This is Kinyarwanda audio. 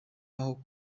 aho